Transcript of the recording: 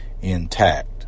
intact